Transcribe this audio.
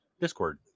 Discord